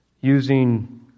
using